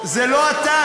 זה לא אתה,